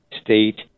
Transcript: state